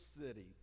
city